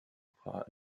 part